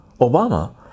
Obama